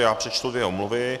Já přečtu omluvy.